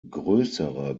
größere